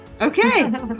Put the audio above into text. okay